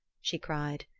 she cried.